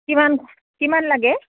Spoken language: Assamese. কিমান কিমান লাগে